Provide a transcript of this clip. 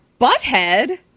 butthead